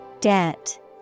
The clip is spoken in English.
Debt